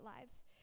lives